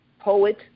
poet